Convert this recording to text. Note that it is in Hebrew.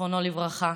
זיכרונו לברכה,